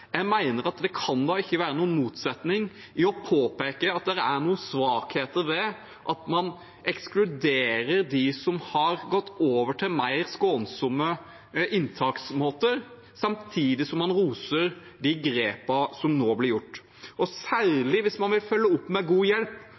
Jeg mener at det ikke kan være noen motsetning i å påpeke at det er noen svakheter ved at man ekskluderer dem som har gått over til mer skånsomme inntaksmåter, samtidig som man roser de grepene som nå blir gjort. Særlig hvis man vil følge opp med god hjelp,